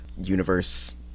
universe